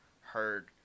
heard